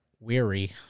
weary